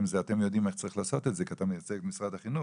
אתם יודעים איך צריך לעשות את זה כי אתה מייצג את משרד החינוך,